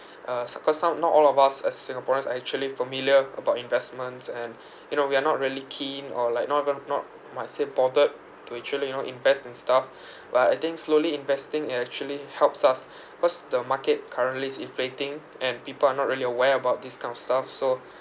uh so cause some not all of us as singaporeans are actually familiar about investments and you know we are not really keen or like not even not might see it important to actually you know invest and stuff but I think slowly investing it actually helps us cause the market currently is inflating and people are not really aware about this kind of stuff so